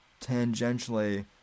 tangentially